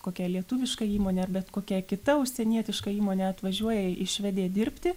kokia lietuviška įmonė bet kokia kita užsienietiška įmonė atvažiuoja į švediją dirbti